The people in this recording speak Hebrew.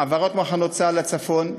העברת מחנות צה"ל לצפון,